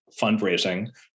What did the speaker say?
fundraising